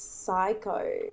Psycho